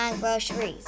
groceries